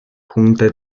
junta